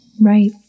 right